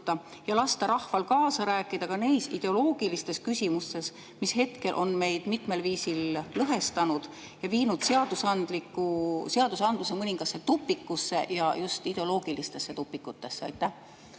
ja lasta rahval kaasa rääkida ka neis ideoloogilistes küsimustes, mis on meid mitmel viisil lõhestanud ja viinud seadusandluse mõningasse tupikusse, just ideoloogilistesse tupikutesse? Aitäh,